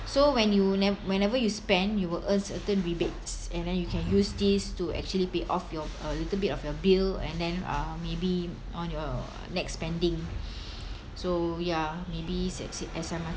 so when you never whenever you spend you will earn certain rebates and then you can use this to actually pay off your uh little bit of your bill and then uh maybe on your next spending so ya maybe s